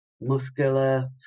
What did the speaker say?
muscular